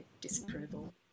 disapproval